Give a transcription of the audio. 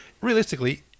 realistically